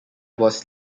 was